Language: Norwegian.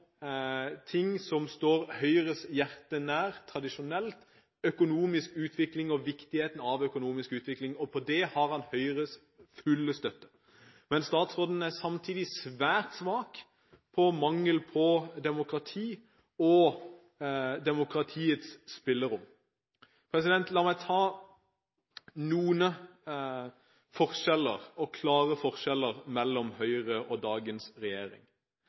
ting som tradisjonelt står Høyres hjerte nært, økonomisk utvikling og viktigheten av økonomisk utvikling, og her har han Høyres fulle støtte. Men statsråden er samtidig svært svak når det gjelder mangel på demokrati og demokratiets spillerom. La meg ta noen klare forskjeller mellom Høyre og dagens regjering.